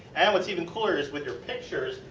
and what is even cooler is with your pictures.